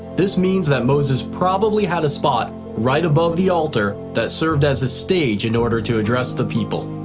this means that moses probably had a spot right above the altar that served as a stage in order to address the people.